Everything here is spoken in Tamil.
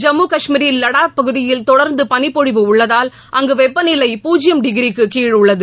ஜம்மு கஷ்மீரில் வடாக் பகுதியில் தொடர்ந்து பனிப்பொழிவு உள்ளதால் அங்கு வெப்பநிலை பூஜ்ஜியம் டிகிரிக்கு கீழ் உள்ளது